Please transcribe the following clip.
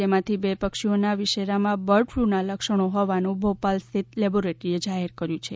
જેમાંથી બે પક્ષીના વિશેરામાં બર્ડફલુના લક્ષણો હોવાનું ભોપાલ સ્થિત લેબોરેટરી જાહેર કર્યું છે